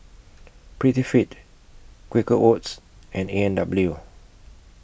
Prettyfit Quaker Oats and A and W